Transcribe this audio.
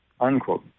unquote